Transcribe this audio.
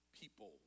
people